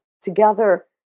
together